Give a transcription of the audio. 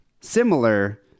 similar